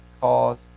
cause